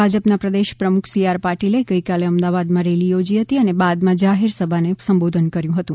ભાજપના પ્રદેશપ્રમુખ C R પાટિલે ગઇકાલે અમદાવાદમા રેલી યોજી હતી અને બાદમાં જાહેર સભાને સંબોધન કર્યું હતું